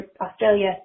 Australia